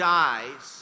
dies